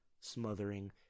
smothering